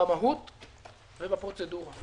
במהות ובפרוצדורה.